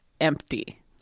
empty